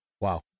Wow